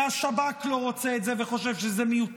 כי השב"כ לא רוצה את זה וחושב שזה מיותר,